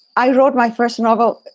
i wrote my first novel.